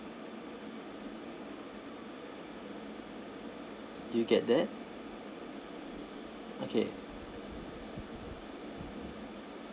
do you get that okay